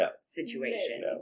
situation